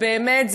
באמת,